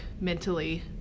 mentally